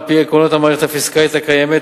על-פי עקרונות המערכת הפיסקלית הקיימת,